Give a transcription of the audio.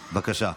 בבקשה.